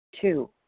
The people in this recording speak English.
Two